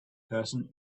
person